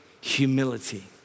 humility